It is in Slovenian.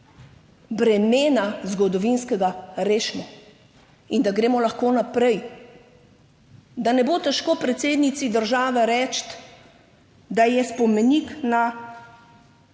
bremena, zgodovinskega, rešimo in da gremo lahko naprej, da ne bo težko predsednici države reči, da je spomenik na